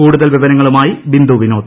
കൂടുതൽ വിവരങ്ങളുമായി ബിന്ദു വിനോദ്